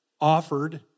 offered